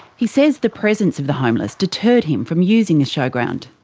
he says the presence of the homeless deterred him from using the showground.